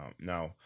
Now